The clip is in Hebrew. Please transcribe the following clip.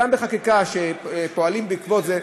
וגם בחקיקה שמחוקקים בעקבות זה,